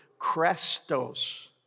Crestos